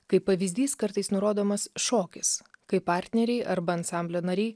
kaip pavyzdys kartais nurodomas šokis kai partneriai arba ansamblio nariai